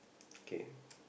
okay